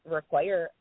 require